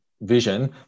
vision